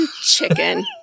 Chicken